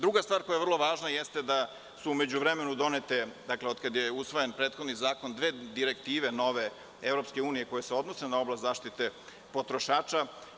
Druga stvar koja je vrlo važna jeste da su u međuvremenu donete, dakle, od kada je usvajan prethodni zakon, dve nove direktive EU koje se odnose na oblast zaštite potrošača.